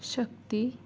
ಶಕ್ತಿ